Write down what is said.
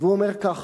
והוא אומר כך: